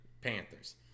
Panthers